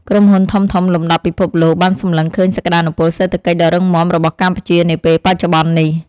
ក្រុមហ៊ុនធំៗលំដាប់ពិភពលោកបានសម្លឹងឃើញសក្តានុពលសេដ្ឋកិច្ចដ៏រឹងមាំរបស់កម្ពុជានាពេលបច្ចុប្បន្ននេះ។